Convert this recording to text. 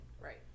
Right